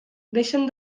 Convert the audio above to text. deixen